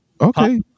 Okay